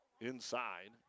inside